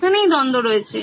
এখানেই দ্বন্দ্ব রয়েছে